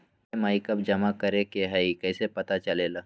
EMI कव जमा करेके हई कैसे पता चलेला?